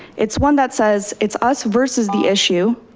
it's one that says it's us versus the issue,